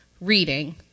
reading